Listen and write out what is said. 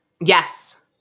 Yes